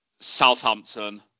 Southampton